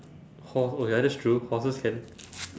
hors~ oh ya that's true horses can